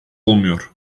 olmuyor